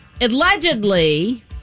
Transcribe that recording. allegedly